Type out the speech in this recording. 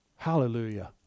Hallelujah